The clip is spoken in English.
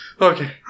Okay